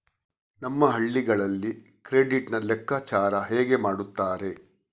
ನಮ್ಮ ಹಳ್ಳಿಗಳಲ್ಲಿ ಕ್ರೆಡಿಟ್ ನ ಲೆಕ್ಕಾಚಾರ ಹೇಗೆ ಮಾಡುತ್ತಾರೆ?